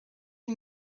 who